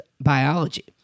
biology